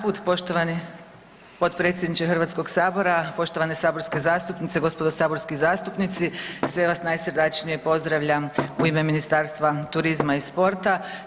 Poštovani potpredsjedniče HS-a, poštovane saborske zastupnice, gospodo saborski zastupnici sve vas najsrdačnije pozdravljam u ime Ministarstva turizma i sporta.